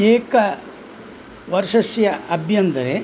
एकः वर्षस्य आभ्यन्तरे